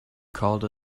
called